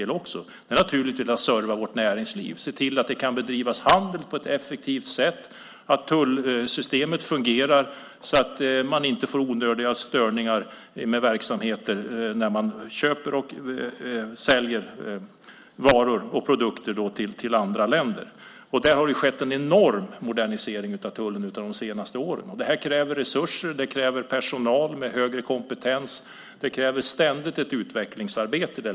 Det handlar om att serva vårt näringsliv, att se till att handel kan bedrivas på ett effektivt sätt och att tullsystemet fungerar så att man inte får onödiga störningar i verksamheter där man köper och säljer varor och produkter till andra länder. Där har det skett en enorm modernisering av tullen de senaste åren. Det här kräver resurser. Det kräver personal med högre kompetens, och det kräver ständigt ett utvecklingsarbete.